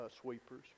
sweepers